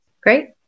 Great